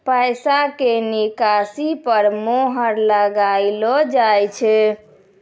पैसा के निकासी पर मोहर लगाइलो जाय छै